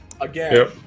Again